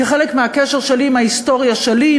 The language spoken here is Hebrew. כחלק מהקשר שלי עם ההיסטוריה שלי,